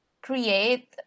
create